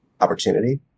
opportunity